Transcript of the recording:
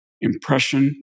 impression